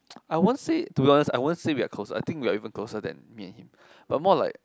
I won't say to be honest I won't say we are closer I think we are even closer than me and him but more like